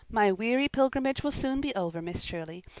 my weary pilgrimage will soon be over, miss shirley.